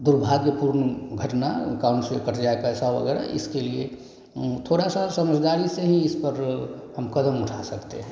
दुर्भाग्यपूर्ण घटना अकाउन्ट से कट जाए पैसा वग़ैरह इसके लिए थोड़ी सी समझदारी से ही इस पर हम कदम उठा सकते हैं